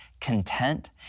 content